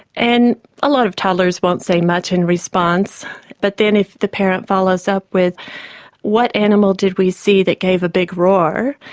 and a lot of toddlers won't say much in response but then if the parent follows up with what animal did we see that gave a big roar,